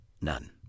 none